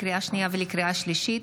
לקריאה שנייה ולקריאה שלישית,